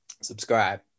Subscribe